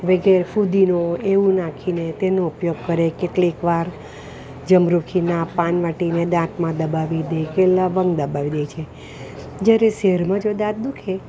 વગેરે ફૂદીનો એવું નાખીને તેનો ઉપયોગ કરે કેટલીક વાર ઝમરૂખીના પાન વાટીને દાંતમાં દબાવી દે કે લવંગ દબાવી દે છે જ્યારે શહેરમાં જો દાંત દુખે